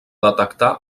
detectar